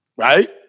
Right